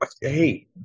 hey